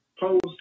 post